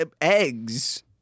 eggs